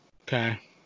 Okay